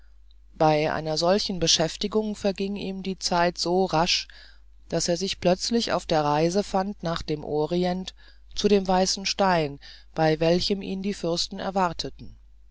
bei einer solchen beschäftigung verging ihm die zeit so rasch daß er sich plötzlich auf der reise fand nach dem orient zu dem weißen stein bei welchem die fürsten warteten